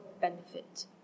benefit